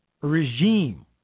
regime